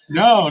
no